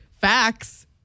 Facts